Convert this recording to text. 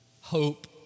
hope